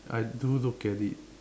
I do look at it